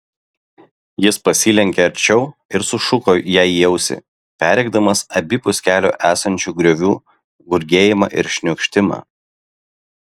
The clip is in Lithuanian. jis pasilenkė arčiau ir sušuko jai į ausį perrėkdamas abipus kelio esančių griovių gurgėjimą ir šniokštimą